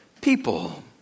people